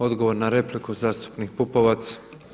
Odgovor na repliku zastupnik Pupovac.